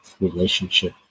relationship